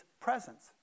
presence